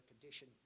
condition